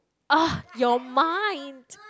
oh your mind